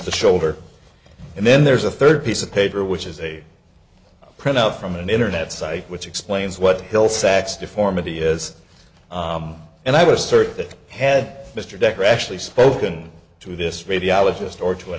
the shoulder and then there's a third piece of paper which is a printout from an internet site which explains what bill sacks deformity is and i was certain that had mr decker actually spoken to this radiologist or to an